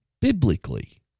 biblically